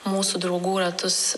mūsų draugų ratus